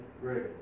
Great